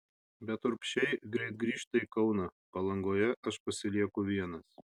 bet urbšiai greit grįžta į kauną palangoje aš pasilieku vienas